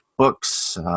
books